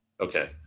Okay